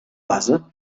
base